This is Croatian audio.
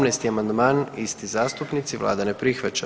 18. amandman, isti zastupnici, Vlada ne prihvaća.